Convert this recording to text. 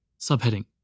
Subheading